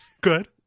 good